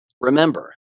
Remember